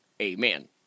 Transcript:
Amen